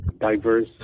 diverse